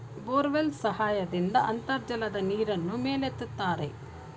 borewell ಸಹಾಯದಿಂದ ಅಂತರ್ಜಲದ ನೀರನ್ನು ಮೇಲೆತ್ತುತ್ತಾರೆ